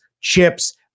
chips